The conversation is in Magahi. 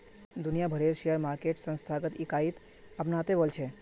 दुनिया भरेर शेयर मार्केट संस्थागत इकाईक अपनाते वॉल्छे